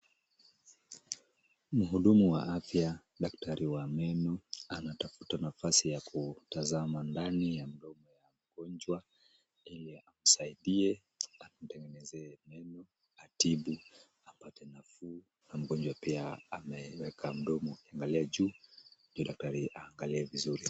Mhudumu wa afya daktari wa meno anatafuta nafasi ya kutazama ndani ya mdomo ya mgonjwa ili amsaidie amtengeneze meno atibu apate nafuu na mgonjwa pia ameweka mdomo ikiangalia juu ili daktari aangalie vizuri.